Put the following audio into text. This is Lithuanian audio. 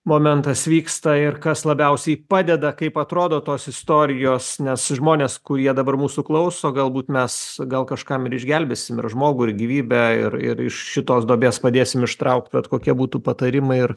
momentas vyksta ir kas labiausiai padeda kaip atrodo tos istorijos nes žmonės kurie dabar mūsų klauso galbūt mes gal kažkam ir išgelbėsim ir žmogų ir gyvybę ir ir iš šitos duobės padėsim ištraukt bet kokie būtų patarimai ir